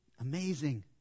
amazing